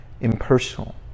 impersonal